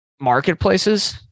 marketplaces